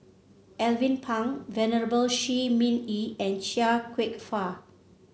Alvin Pang Venerable Shi Ming Yi and Chia Kwek Fah